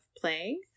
playing